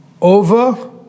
over